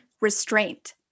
Restraint